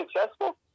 successful